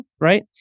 right